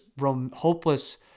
hopeless